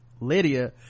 lydia